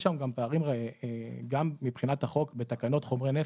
יש שם פערים גם מבחינת החוק בתקנות חומרי נפץ,